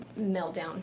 meltdown